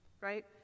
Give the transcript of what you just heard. right